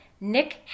Nick